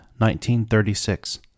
1936